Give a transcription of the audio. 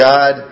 God